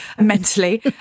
mentally